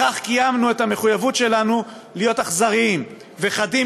קיימנו את המחויבות שלנו להיות אכזרים וחדים